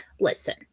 listen